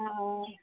অঁ